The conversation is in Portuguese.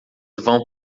vão